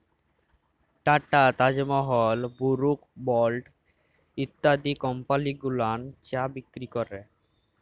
tata, Taj Mahal, Brooke Bond ইত্যাদি company গুলান চা বিক্রি ক্যরে